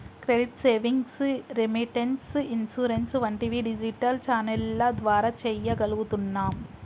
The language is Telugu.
క్రెడిట్, సేవింగ్స్, రెమిటెన్స్, ఇన్సూరెన్స్ వంటివి డిజిటల్ ఛానెల్ల ద్వారా చెయ్యగలుగుతున్నాం